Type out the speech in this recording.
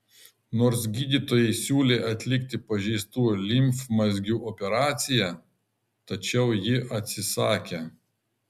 nors gydytojai siūlė atlikti pažeistų limfmazgių operaciją tačiau ji atsisakė